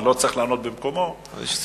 ואני לא צריך לענות במקומו, יש סרטון.